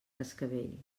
cascavell